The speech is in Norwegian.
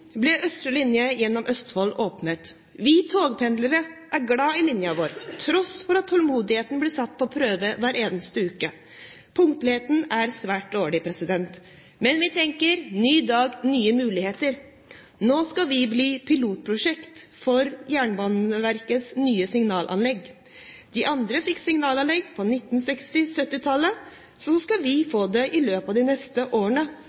ble østre linje gjennom Østfold åpnet. Vi togpendlere er glad i linjen vår, til tross for at tålmodigheten blir satt på prøve hver eneste uke. Punktligheten er svært dårlig, men vi tenker: Ny dag, nye muligheter! Nå skal vi bli pilotprosjekt for Jernbaneverkets nye signalanlegg. De andre fikk signalanlegg på 1960- og 1970-tallet. Vi skal få det i løpet av de neste årene.